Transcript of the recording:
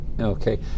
Okay